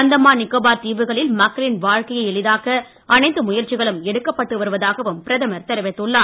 அந்தமான் நிக்கோபார் தீவுகளில் மக்களின் வாழ்க்கையை எளிதாக்க அனைத்து முயற்சிகளும் எடுக்கப்பட்டு வருவதாகவும் பிரதமர் தெரிவித்துள்ளார்